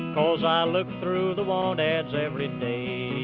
cause i look through the want ads every day,